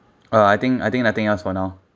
uh I think I think nothing else for now